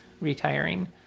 retiring